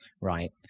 right